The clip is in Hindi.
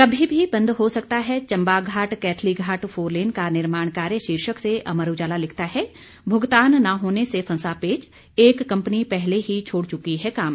कभी भी बंद हो सकता है चंबाघाट कैथलीघाट फोरलेन का निर्माण कार्य शीर्षक से अमर उजाला लिखता है भुगतान न होने से फंसा पेच एक कंपनी पहले ही छोड़ चुकी है काम